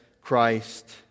Christ